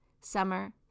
summer